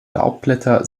laubblätter